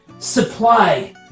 supply